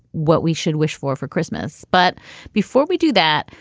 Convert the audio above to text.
what we should wish for for christmas. but before we do that,